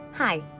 Hi